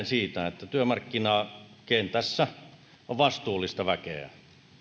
siitä että työmarkkinakentässä on vastuullista väkeä